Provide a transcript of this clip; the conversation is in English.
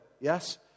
yes